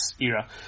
era